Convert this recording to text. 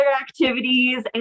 activities